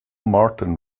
martin